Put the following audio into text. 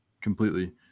Completely